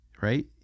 right